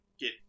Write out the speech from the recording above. Get